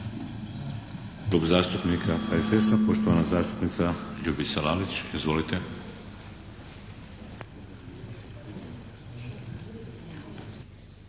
Hvala.